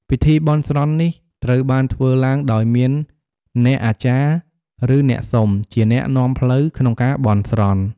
ពិធីបន់ស្រន់នេះត្រូវបានធ្វើឡើងដោយមានអ្នកអាចារ្យ ឬអ្នកសុំ ជាអ្នកនាំផ្លូវក្នុងការបន់ស្រន់។